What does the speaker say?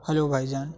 hello بھائی جان